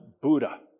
Buddha